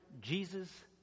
Jesus